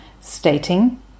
stating